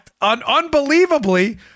unbelievably